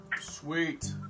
Sweet